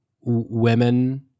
women